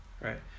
right